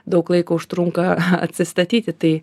daug laiko užtrunka atsistatyti tai